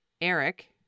Eric